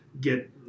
get